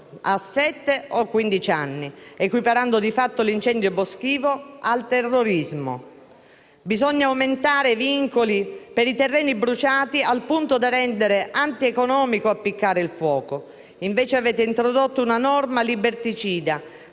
a quindici anni, equiparando di fatto l'incendio boschivo al terrorismo; bisognava aumentare i vincoli per i terreni bruciati al punto da rendere antieconomico appiccare il fuoco, e invece avete introdotto una norma liberticida